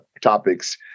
topics